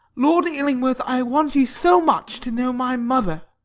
lord illingworth, i want you so much to know my mother.